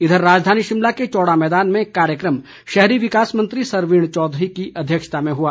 इधर राजधानी शिमला के चौड़ा मैदान में कार्यक्रम शहरी विकास मंत्री सरवीण चौधरी की अध्यक्षता में हुआ